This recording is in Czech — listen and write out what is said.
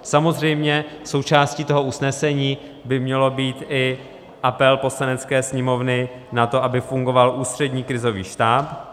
Samozřejmě součástí toho usnesení by měl být i apel Poslanecké sněmovny na to, aby fungoval Ústřední krizový štáb.